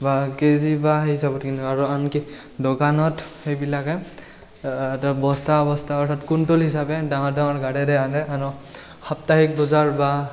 বা কেজি বা হিচাপত কিনো আৰু আনকি দোকনত সেইবিলাকে বস্তা বস্তা বা কুইণ্টল হিচাপে ডাঙৰ ডাঙৰ গাড়ীৰে আনে আৰু সাপ্তাহিক বজাৰ বা